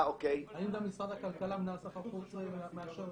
האם גם משרד הכלכלה, מנהל סחר חוץ מאשר?